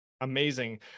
Amazing